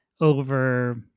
over